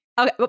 Okay